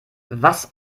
was